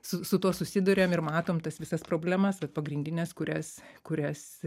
su su tuo susiduriam ir matom tas visas problemas pagrindines kurias kurias